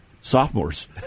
sophomores